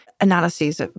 Analyses